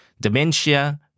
dementia